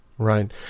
Right